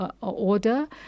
order